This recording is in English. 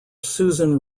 susan